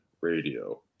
Radio